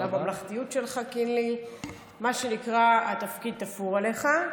בממלכתיות שלך, מה שנקרא, התפקיד תפור עליך.